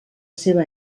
seva